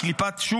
היא קליפת שום.